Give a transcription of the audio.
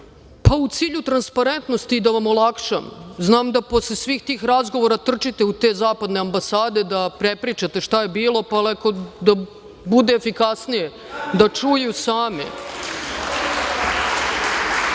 pa u cilju transparentnosti i da vam olakšam. Znam da posle svih tih razgovora trčite u te zapadne ambasade, da prepričate šta je bilo, pa da bude efikasnije, da čuju sami